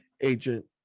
agent